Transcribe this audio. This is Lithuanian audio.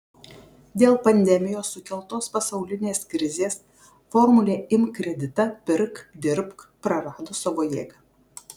dėl pandemijos sukeltos pasaulinės krizės formulė imk kreditą pirk dirbk prarado savo jėgą